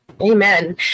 Amen